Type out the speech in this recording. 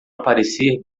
aparecer